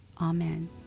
Amen